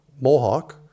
Mohawk